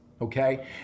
okay